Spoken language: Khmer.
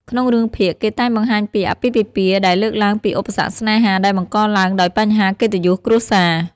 ក្នុងរឿងភាគ គេតែងបង្ហាញពី អាពាហ៍ពិពាហ៍ ដែលលើកឡើងពីឧបសគ្គស្នេហាដែលបង្កឡើងដោយបញ្ហាកិត្តិយសគ្រួសារ។